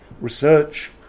research